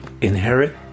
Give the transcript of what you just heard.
inherit